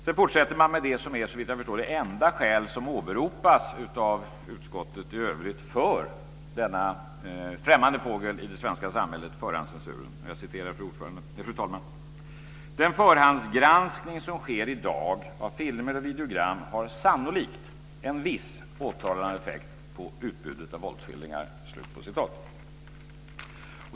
Sedan fortsätter man med det som såvitt jag förstår är det enda skäl som åberopas av utskottet i övrigt för denna främmande fågel i det svenska samhället, förhandscensuren: "Den förhandsgranskning som sker i dag av filmer och videogram har sannolikt en viss återhållande effekt på utbudet av våldsskildringar."